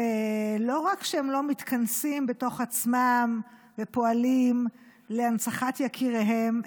ולא רק שהם לא מתכנסים בתוך עצמם ופועלים להנצחת יקיריהם,